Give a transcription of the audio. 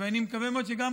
ואני מקווה מאוד שגם,